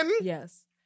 Yes